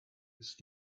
ist